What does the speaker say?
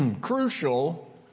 crucial